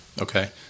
Okay